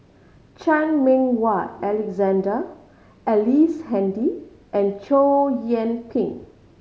Chan Meng Wah Alexander Ellice Handy and Chow Yian Ping